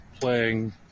playing